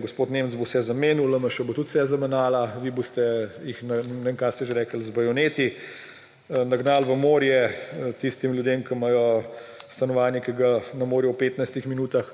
gospod Nemec bo vse zamenjal, LMŠ bo tudi vse zamenjala, vi boste – ne vem, kaj ste že rekli – z bajoneti nagnali v morje tiste ljudi, ki imajo stanovanje, ki ga ne morajo v 15 minutah